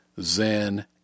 Zen